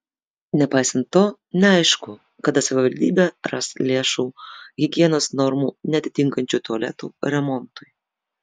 nepaisant to neaišku kada savivaldybė ras lėšų higienos normų neatitinkančių tualetų remontui